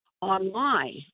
online